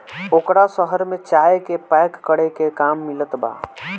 ओकरा शहर में चाय के पैक करे के काम मिलत बा